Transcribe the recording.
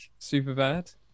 Superbad